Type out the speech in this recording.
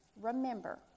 remember